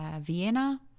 Vienna